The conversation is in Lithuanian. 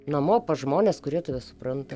namo pas žmones kurie tave supranta